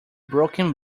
broken